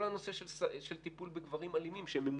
כל הנושא של טיפול בגברים אלימים שממופים,